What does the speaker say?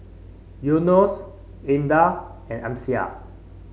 Yunos Indah and Amsyar